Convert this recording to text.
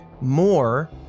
more